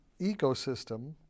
ecosystem